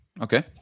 Okay